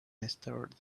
mustard